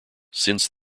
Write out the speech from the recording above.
since